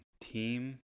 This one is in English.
team